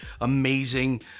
amazing